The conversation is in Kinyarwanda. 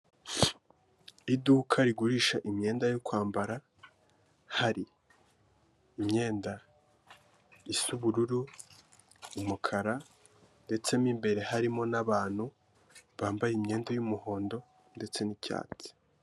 Iduka rigurisha imyenda yo kwambara, hari imyenda isa ubururu, umukara, ndetse mo imbere harimo n'abantu bambaye imyenda y'umuhondo ndetse n'icyatsi.